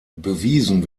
bewiesen